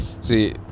see